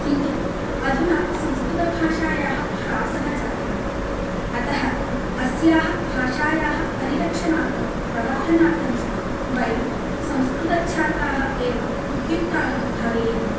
किन्तु अधुना संस्कृतभाषायाः ह्रासः जातः अतः अस्याः भाषायाः परिरक्षणार्थं प्रवर्धनार्थम् च वयं संस्कृतछात्राः एव उद्युक्ताः भवेयुः